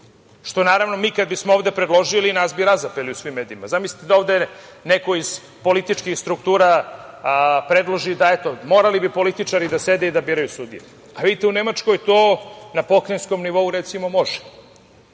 biti sudija. Mi kada bismo ovde predložili nas bi razapeli u svim medijima. Zamislite da ovde neko iz političkih struktura predloži da, morali bi političari da sede i da biraju sudiju, a vidite u Nemačkoj to na pokrajinskom nivou može. To